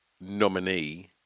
nominee